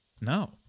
No